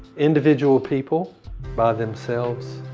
individual people by themselves,